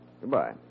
Goodbye